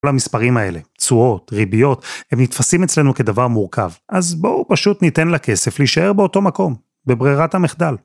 כל המספרים האלה, תשואות, ריביות, הם נתפסים אצלנו כדבר מורכב. אז בואו פשוט ניתן לכסף להישאר באותו מקום, בברירת המחדל.